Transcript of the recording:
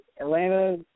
Atlanta